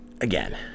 again